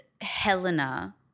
Helena